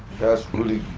that's really.